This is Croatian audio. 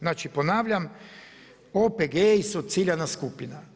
Znači ponavljam, OPG su ciljana skupina.